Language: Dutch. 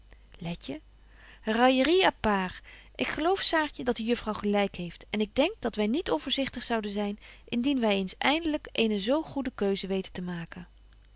letje raillerie à part ik geloof saartje dat de juffrouw gelyk heeft en ik denk dat wy niet onvoorzichtig zouden zyn indien wy eens eindelyk eene zo goede keuze weten te doen